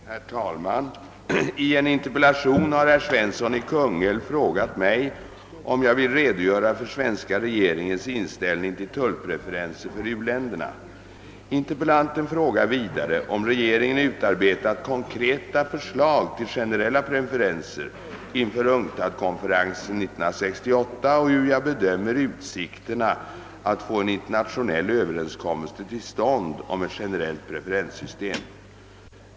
Herr talman! I en interpellation har herr Svensson i Kungälv frågat mig om jag vill redogöra för den svenska regeringens inställning till tullpreferenser för u-länderna. Interpellanten frågar vidare om regeringen utarbetat konkreta förslag till generella preferenser inför UNCTAD-konferensen 1968 och hur jag bedömer utsikterna att få en internationell överenskommelse till stånd om ett generellt preferenssystem.